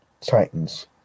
Titans